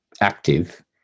active